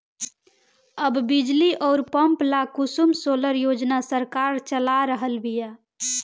अब बिजली अउर पंप ला कुसुम सोलर योजना सरकार चला रहल बिया